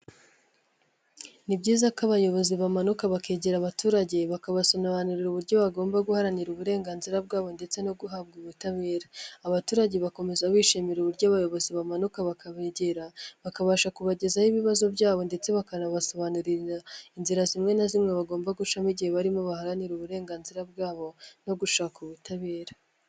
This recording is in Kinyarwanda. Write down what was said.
Ni byiza ko abayobozi bamanuka bakegera abaturage bakabasobanurira uburyo bagomba guharanira uburenganzira bwabo ndetse no guhabwa ubutabera, abaturage bakomeza bishimira uburyo abayobozi bamanuka bakabegera bakabasha kubagezaho ibibazo byabo ndetse bakanabasobanurira inzira zimwe na zimwe bagomba gucamo igihe barimo baharanira uburenganzira bwabo no gushaka ubutabera.